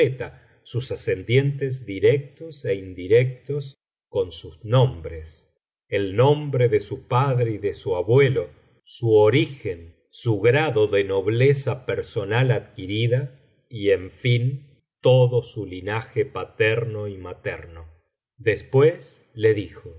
sus ascendientes directos é indirectos con sus nombres el nombre de su padre y de su abuelo su origen su biblioteca valenciana generalitat valenciana historia del visir nueeddin grado de nobleza personal adquirida y en fin todo su linaje paterno y materno después le dijo